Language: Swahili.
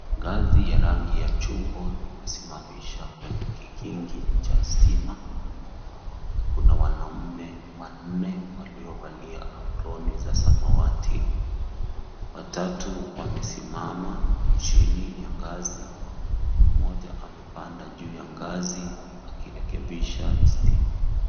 Ngazi ya rangi ya chungwa imesimamishwa kwenye kikingi cha stima ,kuna wanaume wanne waliovalia aproni za samawati watatu wamesimama chini ya ngazi ,moja amepanda juu ya ngazi akirekebisha stima.